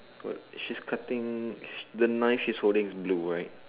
good she is cutting the knife she is holding blue right